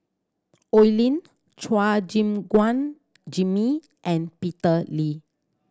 Oi Lin Chua Gim Guan Jimmy and Peter Lee